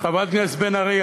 חברת הכנסת בן ארי,